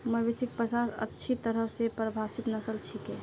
मवेशिक पचास अच्छी तरह स परिभाषित नस्ल छिके